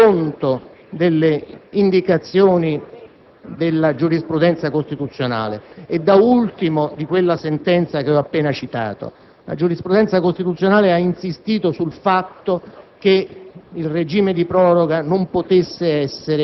Ora, questo decreto-legge tiene conto delle indicazioni della giurisprudenza costituzionale e, da ultimo, della sentenza che ho appena citato. La giurisprudenza costituzionale ha insistito sul fatto che